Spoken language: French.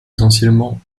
essentiellement